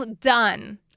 done